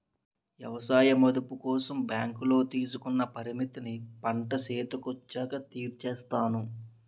ఎవసాయ మదుపు కోసం బ్యాంకులో తీసుకున్న పరపతిని పంట సేతికొచ్చాక తీర్సేత్తాను